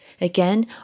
Again